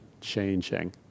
changing